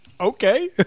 Okay